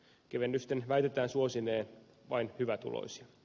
kevennysten väitetään suosineen vain hyvätuloisia